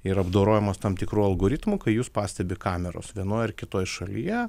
yra apdorojamos tam tikrų algoritmų kai jus pastebi kameros vienoj ar kitoj šalyje